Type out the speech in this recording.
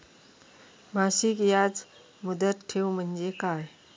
मासिक याज मुदत ठेव म्हणजे काय?